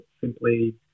simply